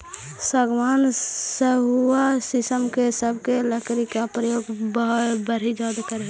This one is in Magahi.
सागवान, सखुआ शीशम इ सब के लकड़ी के प्रयोग बढ़ई ज्यादा करऽ हई